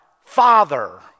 father